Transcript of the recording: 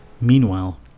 Meanwhile